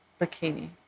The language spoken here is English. Bikini